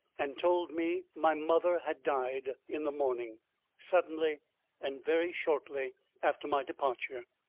and told me my mother had died in the morning suddenly and very shortly after my departure.